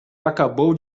acabou